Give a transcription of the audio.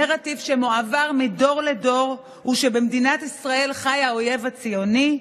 הנרטיב שמועבר מדור לדור הוא שבמדינת ישראל חי האויב הציוני,